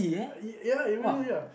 ya emergency